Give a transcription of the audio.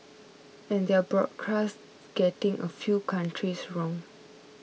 and their broadcast getting a few countries wrong